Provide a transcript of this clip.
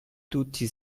tutti